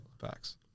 facts